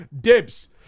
Dibs